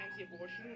anti-abortion